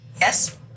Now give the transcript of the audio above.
Yes